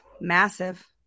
massive